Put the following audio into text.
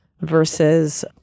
versus